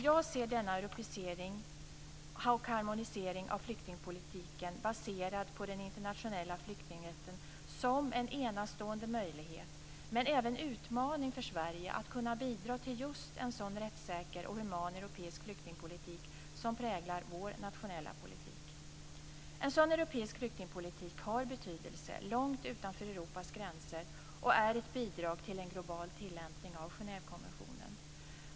Jag ser denna europisering och harmonisering av flyktingpolitiken baserad på den internationella flyktingrätten som en enastående möjlighet, men även som en utmaning för Sverige när det gäller att kunna bidra till just en sådan rättssäker och human europeisk flyktingpolitik som präglar vår nationella politik. En sådan europeisk flyktingpolitik har betydelse långt utanför Europas gränser och är ett bidrag till en global tillämpning av Genèvekonventionen.